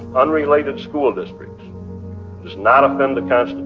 unrelated school districts does not offend the